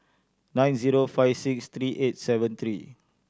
nine zero five six three eight seven three